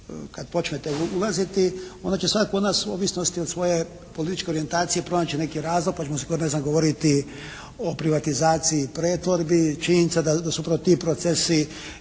kad počnete ulaziti onda će svatko od nas u ovisnosti od svoje političke orijentacije pronaći neki razlog pa ćemo … /Govornik se ne razumije./ … govoriti o privatizaciji i pretvorbi. Činjenica da su upravo ti procesi